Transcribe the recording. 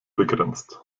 begrenzt